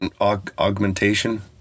augmentation